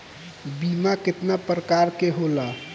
बीमा केतना प्रकार के होला?